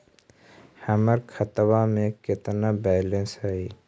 हमर खतबा में केतना बैलेंस हई?